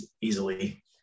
easily